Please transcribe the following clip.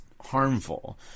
harmful